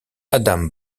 adam